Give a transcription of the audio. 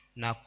na